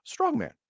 strongman